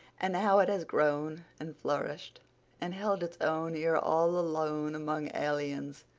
and how it has grown and flourished and held its own here all alone among aliens,